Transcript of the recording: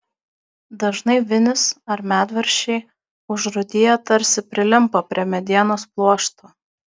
dažnai vinys ar medvaržčiai užrūdiję tarsi prilimpa prie medienos pluošto